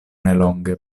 nelonge